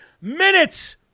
minutes